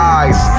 eyes